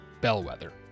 Bellwether